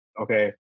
Okay